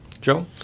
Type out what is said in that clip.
Joe